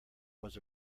was